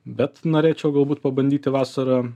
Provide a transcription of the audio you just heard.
bet norėčiau galbūt pabandyti vasarą